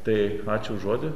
tai ačiū už žodį